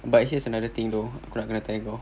but here's another thing though aku nak kena tanya kau